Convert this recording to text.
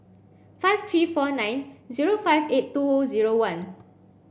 five three four nine zero five eight two zero one